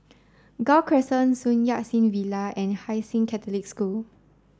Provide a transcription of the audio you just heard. Gul Crescent Sun Yat Sen Villa and Hai Sing Catholic School